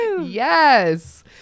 yes